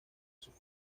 sus